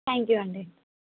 thank you అండి